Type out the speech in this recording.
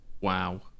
Wow